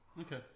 Okay